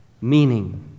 meaning